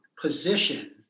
position